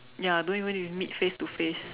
ya don't even need to meet face to face